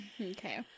Okay